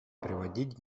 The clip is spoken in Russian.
приводить